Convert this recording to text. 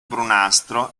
brunastro